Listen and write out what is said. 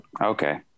Okay